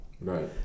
Right